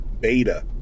beta